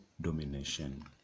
domination